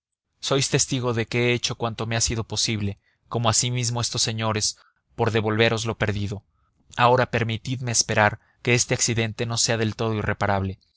sois testigo de que he hecho cuanto me ha sido posible como asimismo estos señores por devolveros lo perdido ahora permitidme esperar que este accidente no sea del todo irreparable